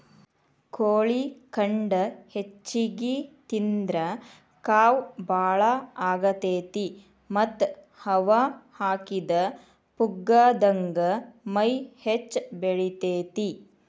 ಕೋಳಿ ಖಂಡ ಹೆಚ್ಚಿಗಿ ತಿಂದ್ರ ಕಾವ್ ಬಾಳ ಆಗತೇತಿ ಮತ್ತ್ ಹವಾ ಹಾಕಿದ ಪುಗ್ಗಾದಂಗ ಮೈ ಹೆಚ್ಚ ಬೆಳಿತೇತಿ